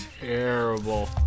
terrible